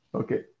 okay